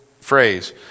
phrase